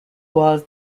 was